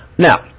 Now